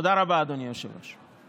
תודה רבה, אדוני היושב-ראש.